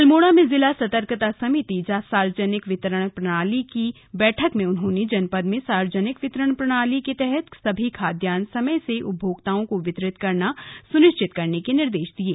अल्मोड़ा में जिला सतर्कता समिति सार्वजनिक वितरण प्रणाली की बैठक में उन्होंने जनपद में सार्वजनिक वितरण प्रणाली के तहत सभी खाद्यान्न समय से उपभोक्ताओं को वितरित करना सुनिश्चित करने के निर्देश दिये